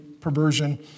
perversion